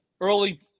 early